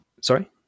sorry